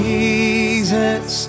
Jesus